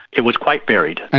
it was quite varied. and